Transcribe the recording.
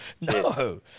No